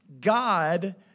God